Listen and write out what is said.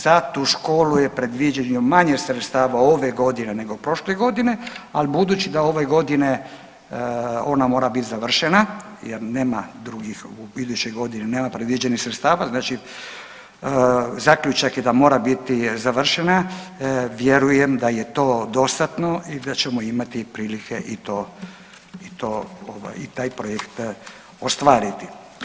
Za tu školu je predviđeno manje sredstava ove godine nego prošle godine, ali budući da ove godine ona mora biti završena jer nema drugih, iduće godine nema predviđenih sredstava, znači zaključak je da mora biti završena, vjerujem da je to dostatno i da ćemo imati prilike i to, i to ovaj i taj projekt ostvariti.